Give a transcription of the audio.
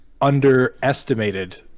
underestimated